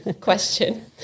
question